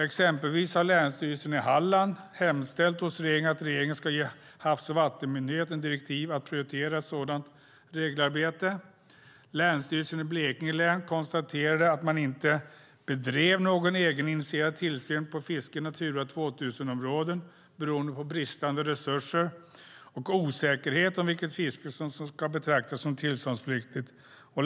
Exempelvis har Länsstyrelsen i Halland hemställt hos regeringen att regeringen ska ge Havs och vattenmyndigheten direktiv att prioritera ett sådant regelarbete. Länsstyrelsen i Blekinge län konstaterade att man inte bedrev någon egeninitierad tillsyn av fiske i Natura 2000-områden beroende på bristande resurser och osäkerhet om vilket fiske ska betraktas som tillståndspliktigt.